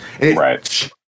Right